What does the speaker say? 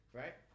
right